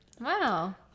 wow